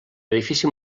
edifici